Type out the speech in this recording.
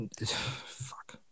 fuck